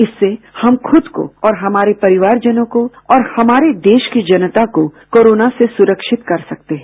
इससे हम खुद को और हमारे परिवार जनों को और हमारे देश की जनता को कोरोना से सुरक्षित कर सकते हैं